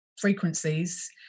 frequencies